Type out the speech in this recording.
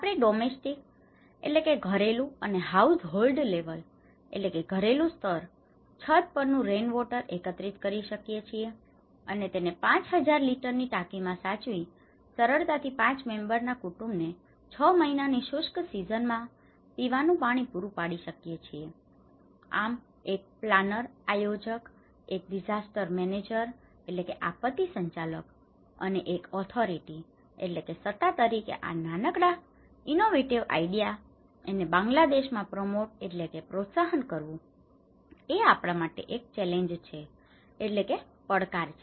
આપણે domestic domestic ઘરેલું અને હાઉસહોલ્ડ લેવલ household level ઘરેલું સ્તર છત પરનું રેનવોટર rainwater વરસાદી પાણી એકત્રિત કરી શકીએ છીએ અને તેને 5000 લિટરની ટાંકીમાં સાચવીને સરળતાથી 5 મેમ્બરના કુટુંબને 6 મહિનાની શુષ્ક સિઝનમાં પીવાનું પાણી પૂરું પાડી શકી છી આમ એક પ્લાનર planner આયોજક એક ડીસાસ્ટર મેનેજર disaster manager આપત્તિ સંચાલક અથવા એક ઓથોરિટી authority સત્તા તરીકે આ નાનકડા ઇનોવેટિવ આઇડિયાને innovative idea નવીન વિચાર બાંગ્લાદેશમાં પ્રોમોટ promote પ્રોત્સાહન કરવું એે આપણા માટે ચેલેન્જ challenge પડકાર છે